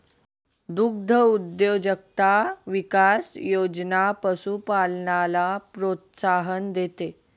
दुग्धउद्योजकता विकास योजना पशुपालनाला प्रोत्साहन देते